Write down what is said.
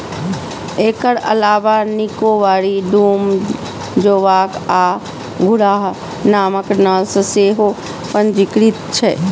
एकर अलावे निकोबारी, डूम, जोवॉक आ घुर्राह नामक नस्ल सेहो पंजीकृत छै